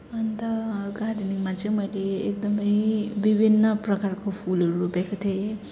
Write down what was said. अन्त गार्डनिङमा चाहिँ मैले एकदमै विभिन्न प्रकारको फुलहरू रोपेको थिएँ